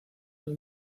del